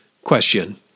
Question